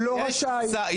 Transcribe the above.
שלא רשאי,